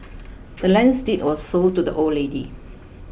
the land's deed was sold to the old lady